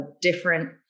different